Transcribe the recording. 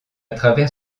travers